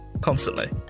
Constantly